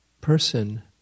person